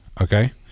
okay